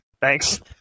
Thanks